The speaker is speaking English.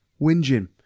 whinging